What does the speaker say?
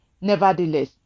Nevertheless